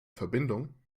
verbindung